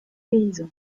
paysan